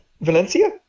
Valencia